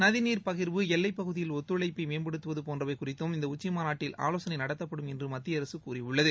நதிநீர் பகிர்வு எல்லைப்பகுதியில் ஒத்துழைப்பை மேம்படுத்துவது போன்றவை குறித்தும் இந்த உச்சி மாநாட்டில் ஆலோசனை நடத்தப்படும் என்று மத்திய அரசு கூறியுள்ளது